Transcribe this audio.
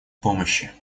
помощи